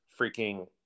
freaking